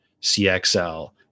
CXL